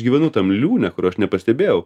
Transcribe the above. gyvenu tam liūne kur aš nepastebėjau